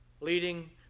leading